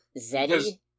Zeddy